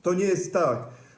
To nie jest tak.